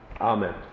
Amen